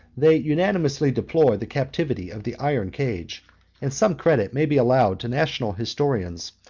they unanimously deplore the captivity of the iron cage and some credit may be allowed to national historians,